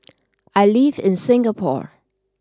I live in Singapore